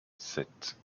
sept